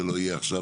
זה לא יהיה עכשיו,